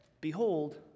behold